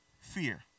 fear